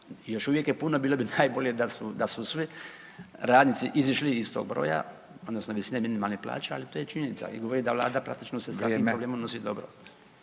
još uvijek je puno, bilo bi najbolje da su sve radnici izišli iz tog broja, odnosno visine minimalne plaće ali to je činjenica, ili ove da Vlada praktično se s takvim problemom nosi dobro.